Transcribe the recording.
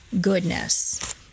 goodness